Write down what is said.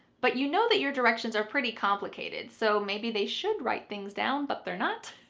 but you know that your directions are pretty complicated, so maybe they should write things down, but they're not.